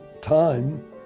time